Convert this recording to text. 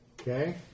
Okay